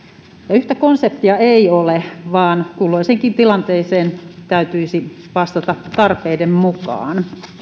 yhtä konseptia ei ole vaan kulloiseenkin tilanteeseen täytyisi vastata tarpeiden mukaan